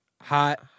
Hot